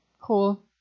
cool